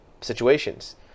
situations